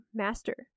,master